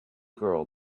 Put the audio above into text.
girl